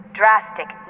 drastic